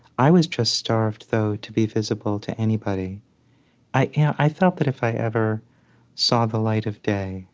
i was just starved, though, to be visible to anybody i you know i felt that if i ever saw the light of day,